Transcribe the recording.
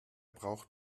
braucht